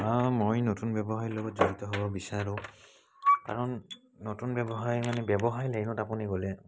অ মই নতুন ব্যৱসায়ৰ লগত জড়িত হ'ব বিচাৰোঁ কাৰণ নতুন ব্যৱসায় মানে ব্যৱসায় লাইনত আপুনি গ'লে